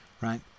right